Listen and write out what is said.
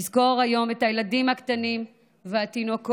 נזכור היום את הילדים הקטנים והתינוקות